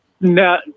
No